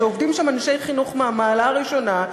שעובדים שם אנשי חינוך מהמעלה הראשונה,